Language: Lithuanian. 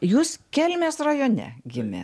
jūs kelmės rajone gimė